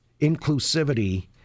inclusivity